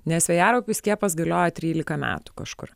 nes vėjaraupių skiepas galioja trylika metų kažkur